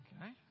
Okay